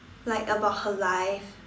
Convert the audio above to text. like about her life